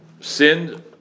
sinned